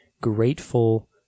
grateful